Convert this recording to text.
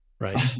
Right